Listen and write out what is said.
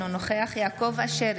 אינו נוכח יעקב אשר,